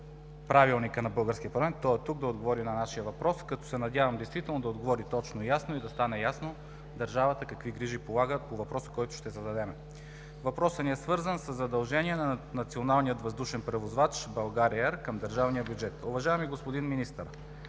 Правилника на българския парламент. Той е тук да отговори на нашия въпрос, като се надявам действително да отговори точно и ясно и да стане ясно държавата какви грижи полага по въпроса, който ще зададем. Въпросът ни е свързан със задължения на Националния въздушен превозвач „България Ер“ АД към държавния бюджет. Уважаеми господин Министър,